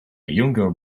younger